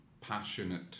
passionate